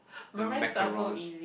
the macaroon